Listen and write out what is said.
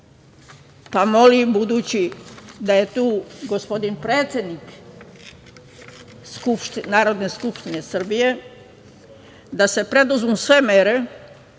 pa molim, budući da je tu gospodin predsednik Narodne skupštine Srbije, da se preduzmu sve mere